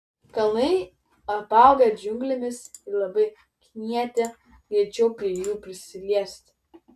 kalnai apaugę džiunglėmis ir labai knieti greičiau prie jų prisiliesti